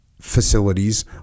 facilities